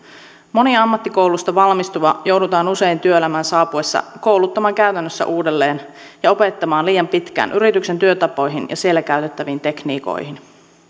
moni ammattikoulusta valmistuva joudutaan usein työelämään saapuessa kouluttamaan käytännössä uudelleen ja opettamaan liian pitkään yrityksen työtapoihin ja siellä käytettäviin tekniikoihin